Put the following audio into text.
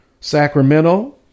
Sacramento